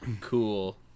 cool